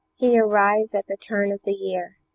he arrives at the turn of the year.